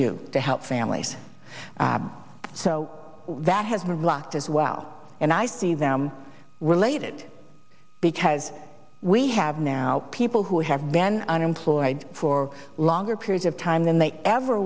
do to help families so that has been blocked as well and i see them related because we have now people who have van unemployed for longer periods of time than they ever